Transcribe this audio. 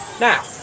Now